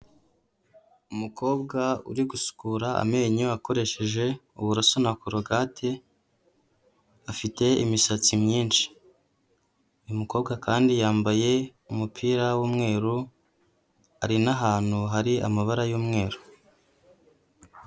Umukobwa uri gusukura amenyo akoresheje uburoso na korogate afite imisatsi myinshi, uyu mukobwa kandi yambaye umupira w'umweru ari n'ahantu hari amabara y'umweru.